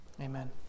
Amen